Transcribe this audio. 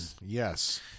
yes